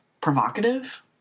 provocative